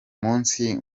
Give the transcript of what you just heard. munsi